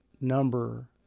number